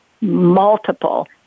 multiple